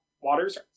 Waters